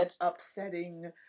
Upsetting